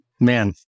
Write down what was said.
Man